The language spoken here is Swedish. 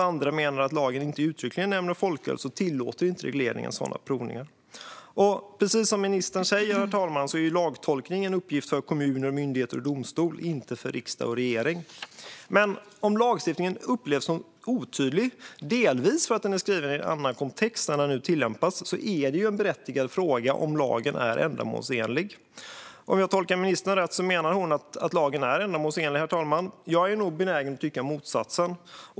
Andra menar att regleringen inte tillåter sådana provningar eftersom lagen inte uttryckligen nämner folköl. Herr talman! Precis som ministern säger är lagtolkning en uppgift för kommuner, myndigheter och domstolar och inte för riksdag och regering. Men om lagstiftningen upplevs som otydlig, delvis för att den är skriven i en annan kontext än där den tillämpas, är det berättigat att fråga om lagen är ändamålsenlig. Om jag tolkar ministern rätt menar hon att lagen är ändamålsenlig. Jag är benägen att tycka motsatsen.